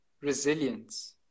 resilience